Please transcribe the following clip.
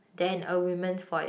than a women's voice